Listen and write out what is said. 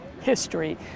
history